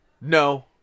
No